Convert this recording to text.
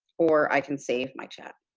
or i can save my chat.